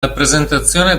rappresentazione